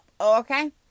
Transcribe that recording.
Okay